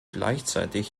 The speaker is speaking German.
gleichzeitig